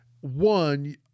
one